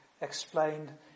explained